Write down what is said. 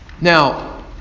Now